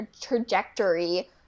trajectory